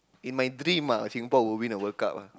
in my dream lah Singapore will win the World-Cup ah